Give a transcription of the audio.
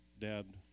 dad